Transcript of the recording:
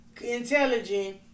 intelligent